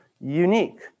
unique